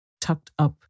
tucked-up